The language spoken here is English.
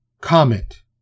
comment